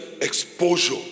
exposure